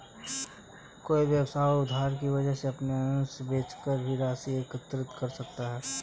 कोई व्यवसाय उधार की वजह अपने अंश बेचकर भी राशि एकत्रित कर सकता है